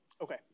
okay